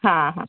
ಹಾಂ ಹಾಂ